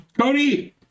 Cody